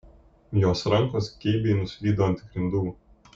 jos rankos geibiai nuslydo ant grindų